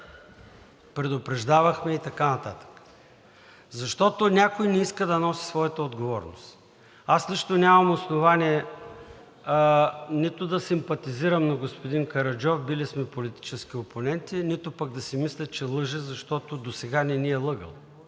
Предупреждавахме и така нататък. Защото някой не иска да носи своята отговорност. Аз лично нямам основание нито да симпатизирам на господин Караджов, били сме политически опоненти, нито пък да си мисля, че лъже, защото досега не ни е лъгал.